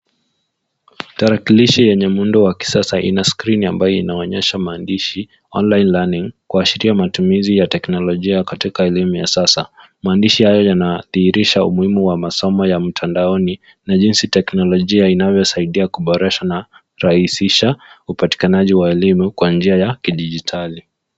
Tarakilishi yenye muundo kisasa ina skrini ambayo inaonyesha maandishi online learning , kuashiria matumizi ya teknolojia ya katika elimu ya sasa. Maandishi hayo yanadhihirisha umuhimu wa masomo ya mtandaoni na jinsi teknolojia inavyosaidia kuboresha na rahisisha upatikanaji wa elimu kwa njia ya kidijitali.